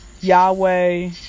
yahweh